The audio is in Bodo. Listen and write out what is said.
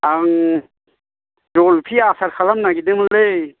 आं जलफि आसार खालामनो नागिरदोंमोनलै